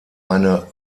eine